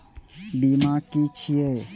बीमा की छी ये?